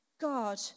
God